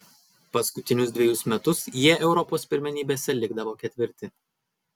paskutinius dvejus metus jie europos pirmenybėse likdavo ketvirti